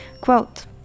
Quote